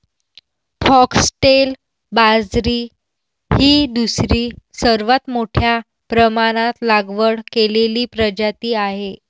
foxtail बाजरी ही दुसरी सर्वात मोठ्या प्रमाणात लागवड केलेली प्रजाती आहे